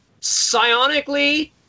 Psionically